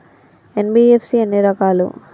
NBFC ఎన్ని రకాలు?